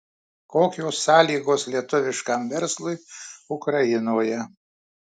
kokios sąlygos lietuviškam verslui ukrainoje